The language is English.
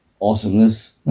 Awesomeness